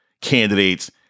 candidates